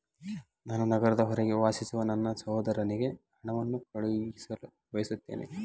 ನಾನು ನಗರದ ಹೊರಗೆ ವಾಸಿಸುವ ನನ್ನ ಸಹೋದರನಿಗೆ ಹಣವನ್ನು ಕಳುಹಿಸಲು ಬಯಸುತ್ತೇನೆ